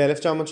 ב-1930,